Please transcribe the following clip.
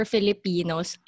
Filipinos